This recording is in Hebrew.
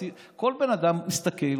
כל אדם מסתכל,